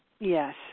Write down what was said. Yes